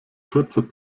kurzer